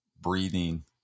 breathing